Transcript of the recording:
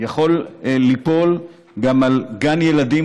יכול ליפול גם על גן ילדים,